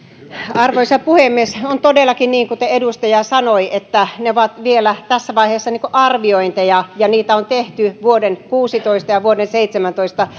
arvoisa puhemies on todellakin niin kuten edustaja sanoi että ne ovat vielä tässä vaiheessa arviointeja ja niitä on tehty vuoden kuusitoista ja vuoden seitsemäntoista